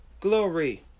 Glory